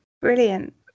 Brilliant